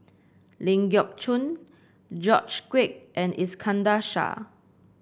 Ling Geok Choon George Quek and Iskandar Shah